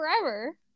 forever